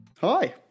hi